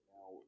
Now